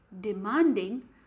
demanding